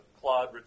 Claude